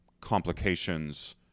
complications